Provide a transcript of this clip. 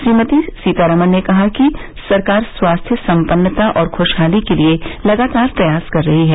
श्रीमती सीतारामन ने कहा कि सरकार स्वास्थ्य सम्पन्नता और ख्शहाली के लिए लगातार प्रयास कर रही है